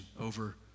over